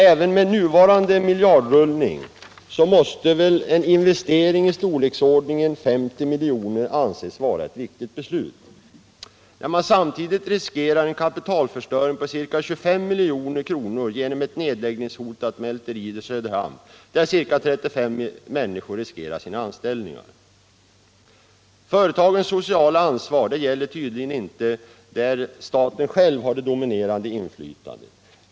Även med nuvarande miljardrullning måste väl en investering i storleksordningen 50 milj.kr. anses vara ett viktigt beslut, när man samtidigt riskerar en kapitalförstöring på ca 25 milj.kr. genom ett nedläggningshotat mälteri i Söderhamn där ca 35 människor riskerar sina anställningar. Företagens sociala ansvar gäller tydligen inte där staten själv har det dominerande inflytandet.